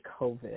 COVID